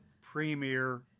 premier